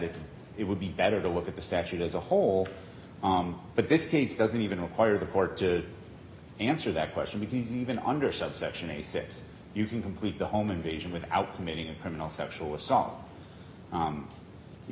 it it would be better to look at the statute as a whole but this case doesn't even require the court to answer that question you can even under subsection a six you can complete the home invasion without committing a criminal sexual assault